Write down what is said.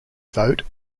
vote